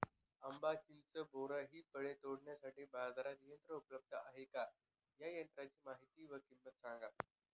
आंबा, चिंच, बोर हि फळे तोडण्यासाठी बाजारात यंत्र उपलब्ध आहेत का? या यंत्रांची माहिती व किंमत सांगा?